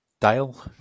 Dale